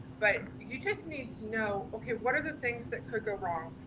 but you just need to know, okay, what are the things that could go wrong?